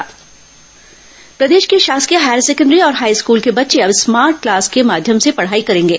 smart class प्रदेश के शासकीय हायर सेकेण्डरी और हाई स्कूल के बच्चे अब स्मार्ट क्लास के माध्यम से पढ़ाई करेंगे